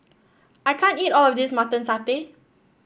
I can't eat all of this Mutton Satay